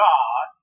God